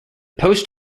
post